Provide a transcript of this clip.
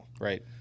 Right